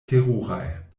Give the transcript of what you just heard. teruraj